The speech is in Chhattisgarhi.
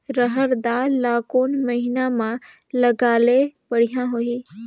रहर दाल ला कोन महीना म लगाले बढ़िया होही?